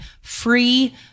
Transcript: free